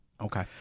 Okay